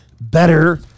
better